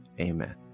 amen